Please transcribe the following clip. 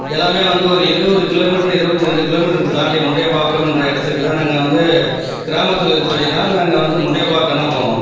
எல்லாமே வந்து ஒரு இருபது கிலோ மீட்டர் இருபத்திரெண்டு கிலோமீட்டர்க்கு தாண்டி முன்டியம்பாக்கம் என்ற இடத்துக்கு தான் நாங்கள் வந்து கிராமத்தில் இருப்பதினால் நாங்கள் வந்து முன்டியம்பாக்கம் தான் போகணும்